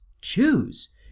choose